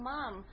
Mom